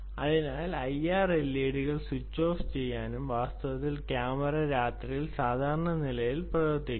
അതിനാൽ ഈ ഐആർ എൽഇഡികൾ സ്വിച്ച് ഓഫ് ചെയ്യാനും വാസ്തവത്തിൽ ക്യാമറ രാത്രിയിൽ സാധാരണ നിലയിൽ പ്രവർത്തിക്കുന്നു